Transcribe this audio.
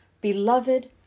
beloved